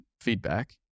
feedback